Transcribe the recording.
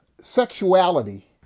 sexuality